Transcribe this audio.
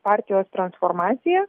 partijos transformaciją